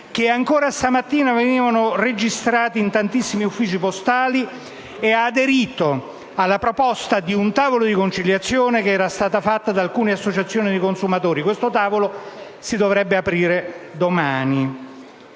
che ancora questa mattina sono stati registrati in tantissimi uffici postali ed ha aderito alla proposta di un tavolo di conciliazione, la quale era stata fatta da alcune associazioni dei consumatori. Questo tavolo si dovrebbe aprire domani,